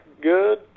good